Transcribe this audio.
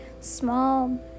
small